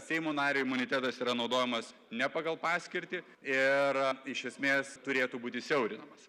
seimo nario imunitetas yra naudojamas ne pagal paskirtį ir iš esmės turėtų būti siaurinamas